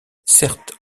certes